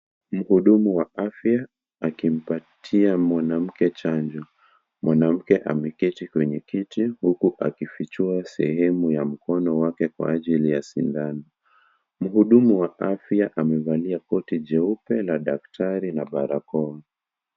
Mhudumu wa afya akimpatia mwanamke chanjo. Mwanamke ameketi kwenye kiti huku akifichua sehemu ya mkono wake kwa ajili ya sindano. Mhudumu wa afya, amevalia koti jeupe la daktari na barakoa.